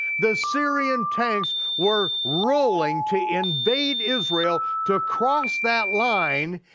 the syrian tanks were rolling to invade israel, to cross that line,